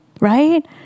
right